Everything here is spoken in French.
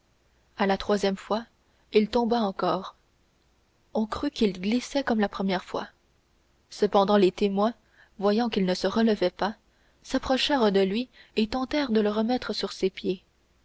à la troisième fois il tomba encore on crut qu'il glissait comme la première fois cependant les témoins voyant qu'il ne se relevait pas s'approchèrent de lui et tentèrent de le remettre sur ses pieds